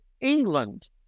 england